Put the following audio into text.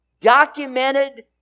documented